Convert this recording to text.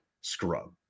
scrub